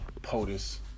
POTUS